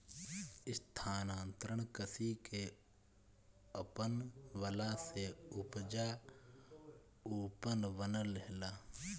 स्थानांतरण कृषि के अपनवला से उपजाऊपन बनल रहेला